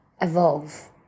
evolve